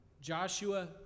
Joshua